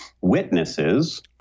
witnesses